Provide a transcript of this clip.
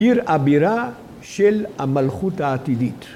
עיר אבירה של המלכות העתידית.